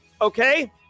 okay